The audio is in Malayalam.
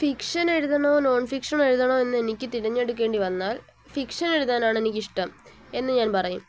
ഫിക്ഷൻ എഴുതണോ നോൺഫിക്ഷൻ എഴുതണോ എന്ന് എനിക്ക് തിരഞ്ഞെടുക്കേണ്ടി വന്നാൽ ഫിക്ഷൻ എഴുതാനാണ് എനിക്കിഷ്ടം എന്നു ഞാൻ പറയും